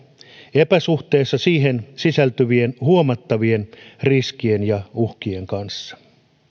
epäsuhteessa siihen sisältyvien huomattavien riskien ja uhkien kanssa